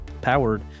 powered